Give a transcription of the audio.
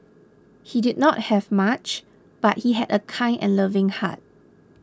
he did not have much but he had a kind and loving heart